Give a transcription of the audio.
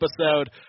episode